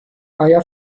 آیا